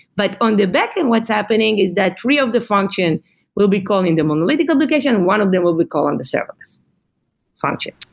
but on the backend what's happening is that three of the function will be called in the monolithic application. one of them will be called on the serverless function.